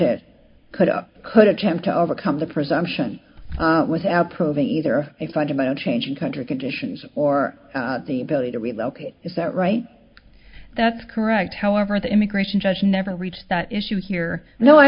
it could up could attempt to overcome the presumption without proving either a fundamental change in country conditions or the ability to relocate is that right that's correct however the immigration judge never reached that issue here no i